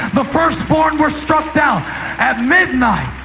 the firstborn were struck down at midnight.